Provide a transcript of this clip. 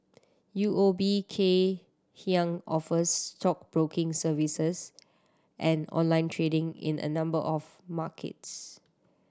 U O B Kay Hian offers stockbroking services and online trading in a number of markets